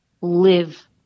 live